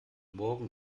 morgen